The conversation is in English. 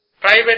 private